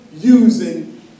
using